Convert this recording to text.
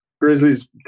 Grizzlies